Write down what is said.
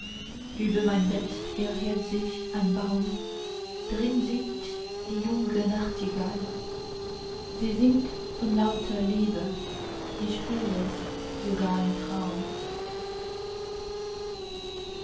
über mein bett erhebt sich ein baum drin singt die junge nachtigall sie singt von lauter liebe ich hör es sogar im traum